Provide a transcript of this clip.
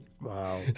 Wow